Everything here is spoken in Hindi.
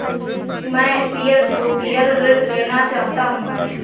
मैं पीयर टू पीयर ऋण लेना चाहता हूँ